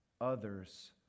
others